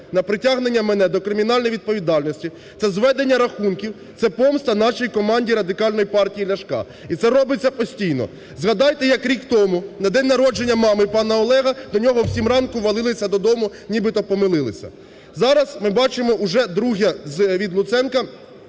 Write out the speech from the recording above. на притягнення мене до кримінальної відповідальності – це зведення рахунків, це помста нашій команді Радикальної партії Ляшка. І це робиться постійно. Згадайте, як рік тому на день народження мами пана Олега до нього в 7 рамку ввалилися додому, нібито помилилися. Зараз ми бачимо уже друге від Луценка